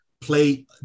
play